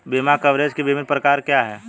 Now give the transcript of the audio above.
बीमा कवरेज के विभिन्न प्रकार क्या हैं?